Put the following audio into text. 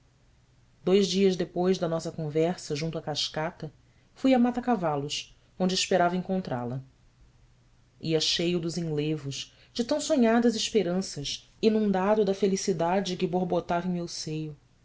dois dias depois da nossa conversa junto à cascata fui a matacavalos onde esperava encontrá-la ia cheio dos enlevos de tão sonhadas esperanças inundado da felicidade que borbotava em meu seio